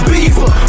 Beaver